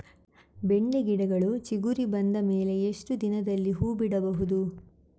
ಬೆಂಡೆ ಗಿಡಗಳು ಚಿಗುರು ಬಂದ ಮೇಲೆ ಎಷ್ಟು ದಿನದಲ್ಲಿ ಹೂ ಬಿಡಬಹುದು?